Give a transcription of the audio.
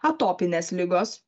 atopinės ligos